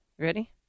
Ready